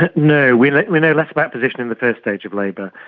no, we like we know less about position in the first stage of labour.